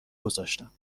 گذاشتم